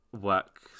work